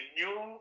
new